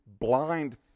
blind